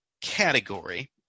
category